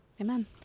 Amen